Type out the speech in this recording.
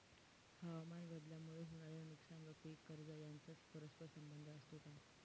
हवामानबदलामुळे होणारे नुकसान व पीक कर्ज यांचा परस्पर संबंध असतो का?